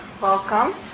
Welcome